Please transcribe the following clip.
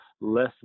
less